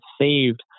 saved